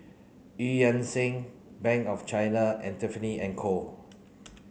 Eu Yan Sang Bank of China and Tiffany and Co